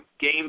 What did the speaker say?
game